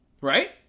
right